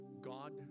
God